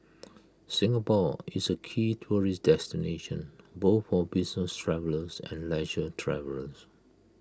Singapore is A key tourist destination both for business travellers and leisure travellers